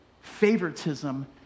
favoritism